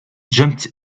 jumped